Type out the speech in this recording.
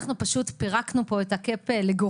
אנחנו פשוט פירקנו פה את הקאפ לגורמים,